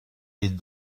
est